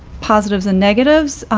positives and negatives,